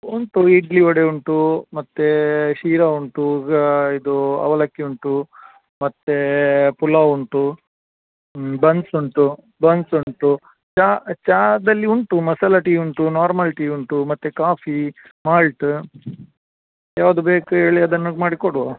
ಉಂಟು ಇಡ್ಲಿ ವಡೆ ಉಂಟು ಮತ್ತು ಶೀರ ಉಂಟು ಇದು ಅವಲಕ್ಕಿ ಉಂಟು ಮತ್ತು ಪುಲಾವ್ ಉಂಟು ಬನ್ಸ್ ಉಂಟು ಬನ್ಸ್ ಉಂಟು ಚಾ ಚಾದಲ್ಲಿ ಉಂಟು ಮಸಾಲೆ ಟೀ ಉಂಟು ನಾರ್ಮಲ್ ಟೀ ಉಂಟು ಮತ್ತು ಕಾಫಿ ಮಾಲ್ಟ ಯಾವುದು ಬೇಕು ಹೇಳಿ ಅದನ್ನು ಮಾಡಿ ಕೊಡುವ